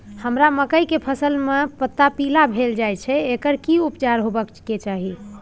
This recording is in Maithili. हमरा मकई के फसल में पता पीला भेल जाय छै एकर की उपचार होबय के चाही?